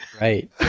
Right